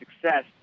success